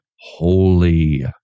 holy